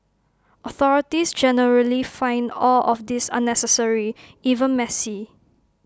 authorities generally find all of this unnecessary even messy